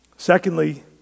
Secondly